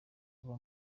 kuba